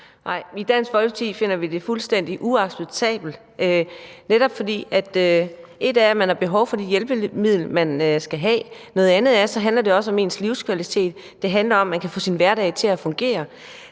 I Dansk Folkeparti finder vi det fuldstændig uacceptabelt. Et er, at man har behov for det hjælpemiddel, man skal have; noget andet er, at det også handler om ens livskvalitet. Det handler om, at man kan få sin hverdag til at fungere.